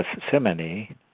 Gethsemane